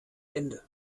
ende